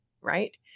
right